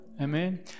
amen